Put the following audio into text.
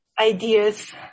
ideas